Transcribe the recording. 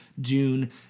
June